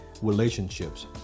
relationships